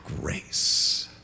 grace